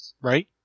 right